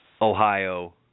Ohio